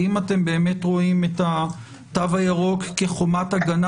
האם אתם באמת רואים את התו הירוק כחומת הגנה